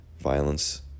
violence